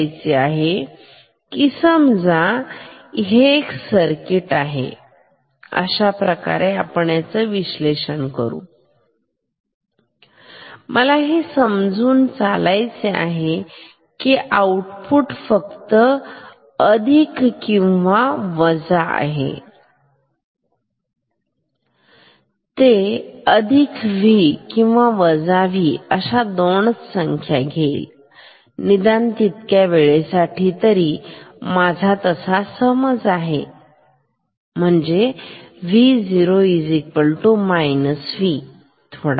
ह्या असे समजा की इथे एक सर्किट आहे अश्याप्रकारे आपण विशेषण करूमला असे समजून चालायचे आहे की आउटपुट फक्त अधिक V किंवा वजा V अशा दोनच संख्या असतील निदान तितक्या वेळेसाठी माझा तसा समज आहे समजा Vo V थोडासा वेळ